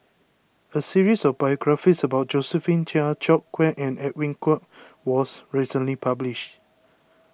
a series of biographies about Josephine Chia George Quek and Edwin Koek was recently published